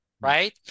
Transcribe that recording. right